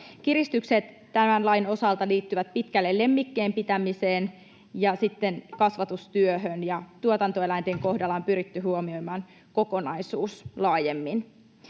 Kiristykset tämän lain osalta liittyvät pitkälle lemmikkien pitämiseen ja kasvatustyöhön, ja tuotantoeläinten kohdalla on pyritty huomioimaan kokonaisuus laajemmin.